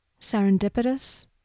Serendipitous